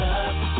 Love